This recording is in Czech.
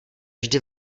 vždy